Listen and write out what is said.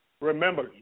Remember